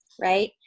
right